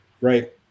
right